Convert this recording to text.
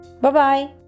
Bye-bye